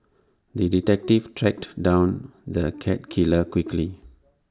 the detective tracked down the cat killer quickly